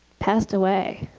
passed away.